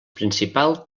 principal